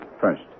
First